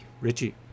Richie